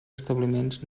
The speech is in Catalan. establiments